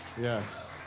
Yes